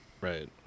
Right